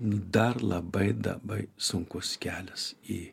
dar labai labai sunkus kelias į